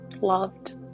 loved